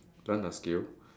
learnt a skill